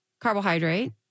carbohydrate